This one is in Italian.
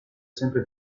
sempre